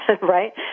right